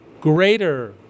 greater